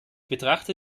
betrachte